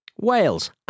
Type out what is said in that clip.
Wales